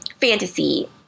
fantasy